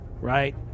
right